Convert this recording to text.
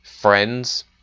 friends